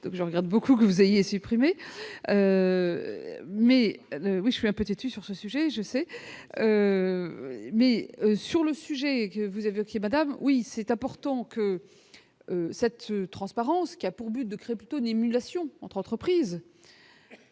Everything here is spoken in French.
je regrette beaucoup que vous ayez supprimé. Mais oui, je suis un peu têtu sur ce sujet, je sais mais. Sur le sujet, vous évoquiez Madame oui, c'est important que cette transparence qui a pour but de Crépy Tony émulation entre entreprises